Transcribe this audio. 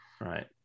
right